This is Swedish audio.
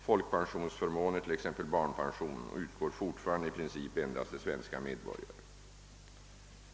Folkpensionsförmåner, t.ex. barnpension, utgår fortfarande i princip endast till svenska medborgare.